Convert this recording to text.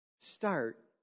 Start